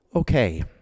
Okay